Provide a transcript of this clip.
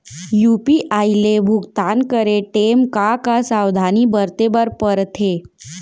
UPI ले भुगतान करे टेम का का सावधानी बरते बर परथे